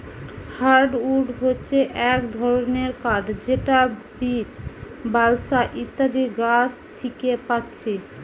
hardwood হচ্ছে এক ধরণের কাঠ যেটা বীচ, বালসা ইত্যাদি গাছ থিকে পাচ্ছি